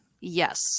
Yes